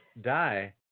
die